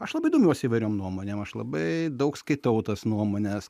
aš labai domiuosi įvairiom nuomonėm aš labai daug skaitau tas nuomones